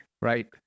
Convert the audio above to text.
right